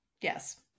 yes